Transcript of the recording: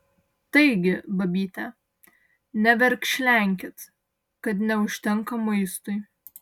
taigi babyte neverkšlenkit kad neužtenka maistui